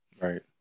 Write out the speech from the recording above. Right